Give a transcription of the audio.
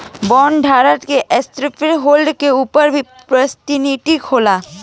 बॉन्डधारक के स्टॉकहोल्डर्स के ऊपर भी प्राथमिकता होला